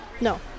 no